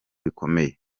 bikomeye